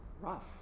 rough